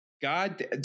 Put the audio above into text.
God